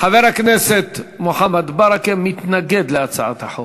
חבר הכנסת מוחמד ברכה מתנגד להצעת החוק.